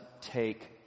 take